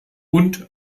und